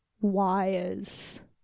wires